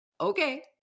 okay